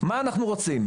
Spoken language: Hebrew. מה אנחנו רוצים.